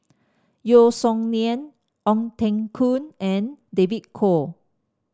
Yeo Song Nian Ong Teng Koon and David Kwo